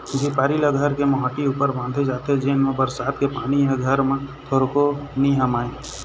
झिपारी ल घर के मोहाटी ऊपर बांधे जाथे जेन मा बरसात के पानी ह घर म थोरको नी हमाय